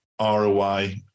ROI